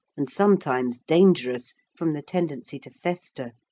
and sometimes dangerous, from the tendency to fester.